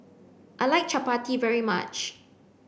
I like chappati very much